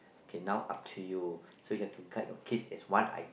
can now up to you so have to cut your kiss as one eye